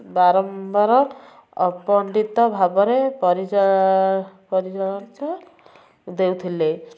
ବାରମ୍ବାର ଅପଣ୍ଡିତ ଭାବରେ ପରିଚୟ ଦେଉଥିଲେ